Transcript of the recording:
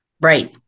Right